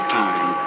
time